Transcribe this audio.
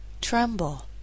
tremble